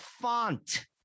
font